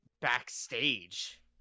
backstage